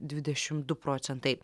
dvidešim du procentai